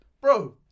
Bro